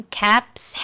caps